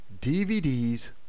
DVDs